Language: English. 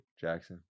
Jackson